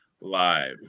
live